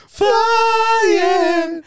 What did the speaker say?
flying